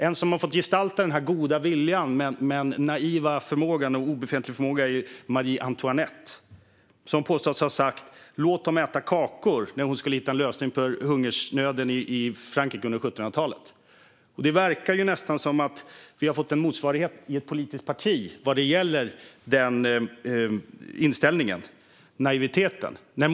En som har fått gestalta god vilja men naiv och obefintlig förmåga är Marie Antoinette, som påstås ha sagt "låt dem äta kakor" när hon skulle hitta en lösning på hungersnöden i Frankrike på 1700-talet. Det verkar nästan som att vi har fått en motsvarighet vad gäller den naiva inställningen i ett politiskt parti.